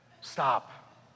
stop